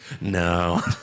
No